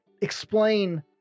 explain